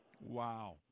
Wow